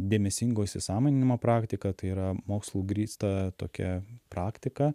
dėmesingo įsisąmoninimo praktika tai yra mokslu grįsta tokia praktika